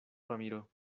ramiro